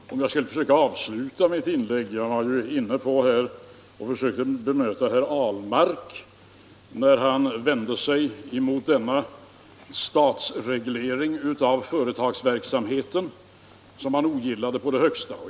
Fru talman! Jag skall först försöka att avsluta mitt tidigare inlägg. Jag var ju inne på att bemöta vad herr Ahlmark sagt om den statliga regleringen av företagens verksamhet, något som han ogillade på det högsta.